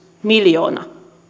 miljoona